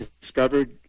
discovered